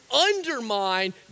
undermine